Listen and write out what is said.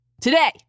today